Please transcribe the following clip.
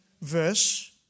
Verse